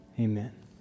Amen